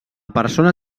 persona